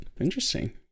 Interesting